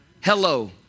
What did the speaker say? Hello